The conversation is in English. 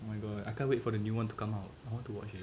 oh my god I can't wait for the new one to come out I want to watch